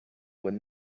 were